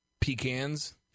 Pecans